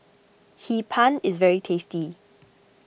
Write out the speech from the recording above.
Hee Pan is very tasty